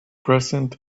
present